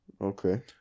Okay